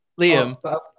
Liam